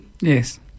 Yes